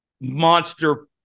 monster